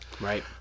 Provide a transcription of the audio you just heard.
Right